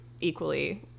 equally